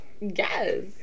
Yes